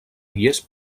llest